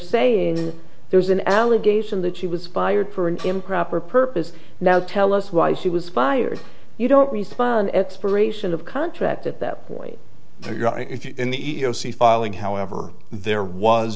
saying there's an allegation that she was fired for an improper purpose now tell us why she was fired you don't respond expiration of contract at that point there you go if you're in the e e o c filing however there was